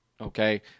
Okay